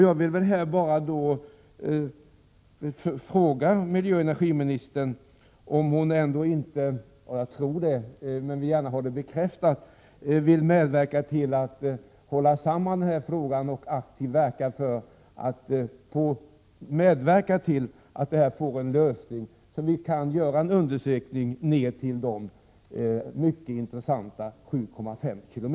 Jag vill med detta bara fråga miljöoch energiministern om hon ändå inte — jagtror att det är så, men vill gärna ha det bekräftat — vill hålla samman denna fråga och aktivt medverka till att den får en lösning, så att vi kan göra en undersökning på den mycket intressanta nivån 7,5 km.